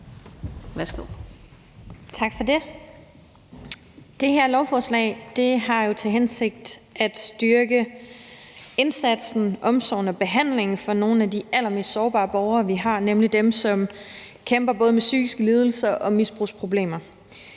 Det her lovforslag har jo til hensigt at styrke indsatsen, omsorgen og behandlingen i forhold til nogle af de allermest sårbare borgere, vi har, nemlig dem, som kæmper både med psykiske lidelser og misbrugsproblemer.